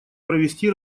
провести